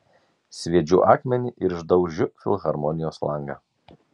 sviedžiu akmenį ir išdaužiu filharmonijos langą